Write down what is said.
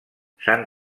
s’han